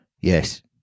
Yes